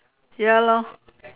ya lor